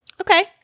Okay